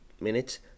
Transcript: minutes